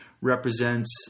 represents